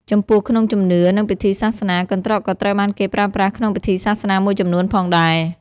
ចំពោះក្នុងជំនឿ និងពិធីសាសនា កន្ត្រកក៏ត្រូវបានគេប្រើប្រាស់ក្នុងពិធីសាសនាមួយចំនួនផងដែរ។